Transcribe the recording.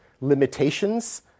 limitations